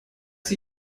sie